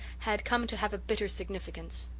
had come to have a bitter significance.